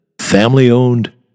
family-owned